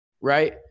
right